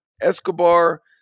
Escobar